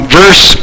verse